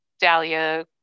Dahlia